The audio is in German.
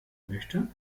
möchte